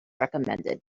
recommended